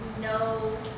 no